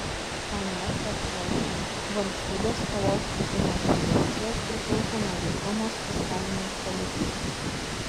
anot fm valstybės skolos kitimo tendencijos priklauso nuo vykdomos fiskalinės politikos